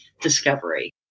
discovery